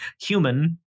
human